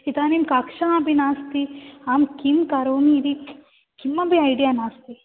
इदानीं कक्षा अपि नास्ति अहं किं करोमि इति किमपि ऐडिया नास्ति